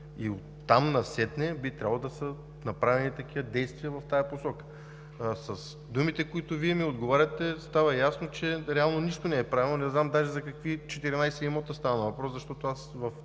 и оттам насетне би трябвало да са направени такива действия в тази посока. Думите, с които Вие ми отговаряте, става ясно, че реално нищо не е правено, не знам даже за какви 14 имота става въпрос, защото аз в